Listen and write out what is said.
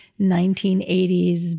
1980s